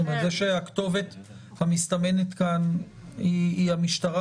אני מבין שסביב זה שהכתובת המסתמנת כאן היא המשטרה